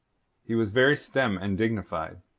he was very stern and dignified.